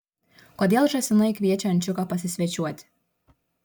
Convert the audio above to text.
kodėl žąsinai kviečia ančiuką pasisvečiuoti